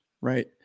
right